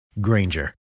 Granger